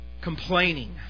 complaining